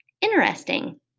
Interesting